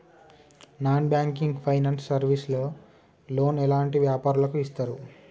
Non banking finance service లో loan ఎలాంటి వ్యాపారులకు ఇస్తరు?